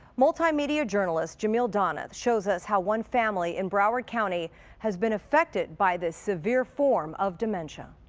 multimedia journalist jamil donith shows us how one family in broward county has been affected by this severe form of dementia.